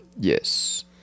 yes